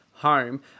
home